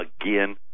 again